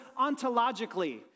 ontologically